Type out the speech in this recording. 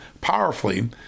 powerfully